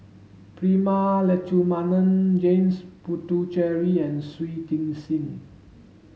Prema Letchumanan James Puthucheary and Shui Tit Sing